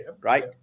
Right